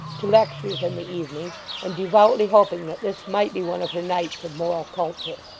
to lectures in the evening and devoutly hoping that this might be one of her nights of moral culture.